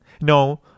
No